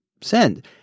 send